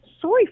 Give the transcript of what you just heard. sorry